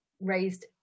raised